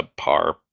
subpar